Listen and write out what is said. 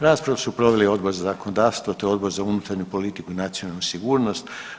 Raspravu su proveli Odbor za zakonodavstvo, te Odbor za unutarnju politiku i nacionalnu sigurnost.